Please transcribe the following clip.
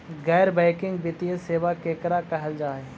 गैर बैंकिंग वित्तीय सेबा केकरा कहल जा है?